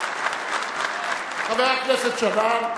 חבר הכנסת שנאן,